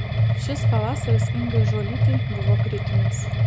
šis pavasaris ingai žuolytei buvo kritinis